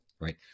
right